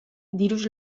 diruz